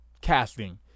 casting